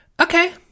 Okay